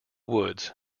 woods